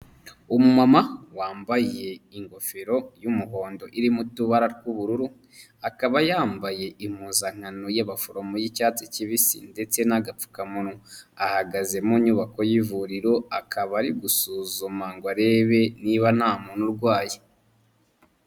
Umumama wambaye ingofero y'umuhondo irimo utubara tw'ubururu, akaba yambaye impuzankano y'abaforomo y'icyatsi kibisi ndetse n'agapfukamunwa, ahagaze mu nyubako y'ivuriro akaba ari gusuzuma ngo arebe niba nta muntu urwaye.